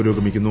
പുരോഗമിക്കുന്നു